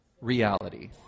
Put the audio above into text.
reality